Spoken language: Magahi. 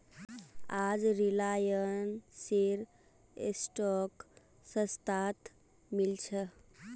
आज रिलायंसेर स्टॉक सस्तात मिल छ